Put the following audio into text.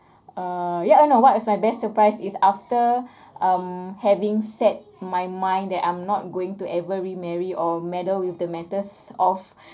uh ya and uh what's my best surprise is after um having set my mind that I'm not going to ever re-marry or meddle with the matters of